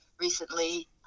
recently